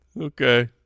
okay